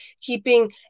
keeping